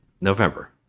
November